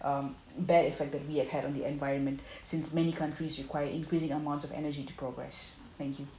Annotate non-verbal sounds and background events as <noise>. um bad effect that we have had on the environment <breath> since many countries require increasing amount of energy to progress thank you